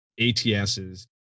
ATSs